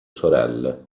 sorelle